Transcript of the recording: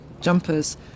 jumpers